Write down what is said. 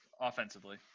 offensively